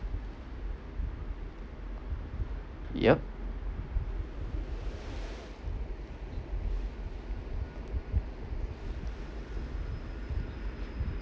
yup